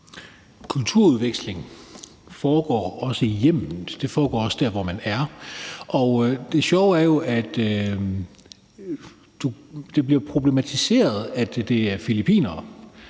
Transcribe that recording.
Kulturudveksling foregår også i hjemmet. Den foregår også der, hvor man er. Det sjove er jo, at det bliver problematiseret, at det er filippinere.